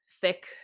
thick